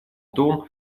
том